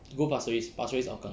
go pasir ris pasir ris hougang